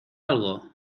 algo